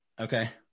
okay